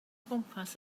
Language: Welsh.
gwmpas